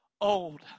old